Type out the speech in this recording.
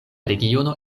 regiono